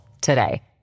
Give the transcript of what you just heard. today